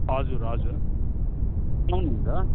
हजुर हजुर पाउनुहुन्छ